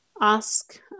Ask –